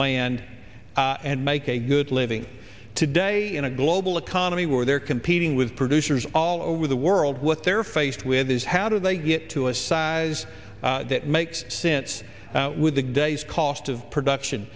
land and make a good living today in a global economy where they're competing with producers all over the world what they're faced with is how do they get to a size that makes sense with the day's cost of production